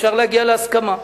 אפשר להגיע להסכמה.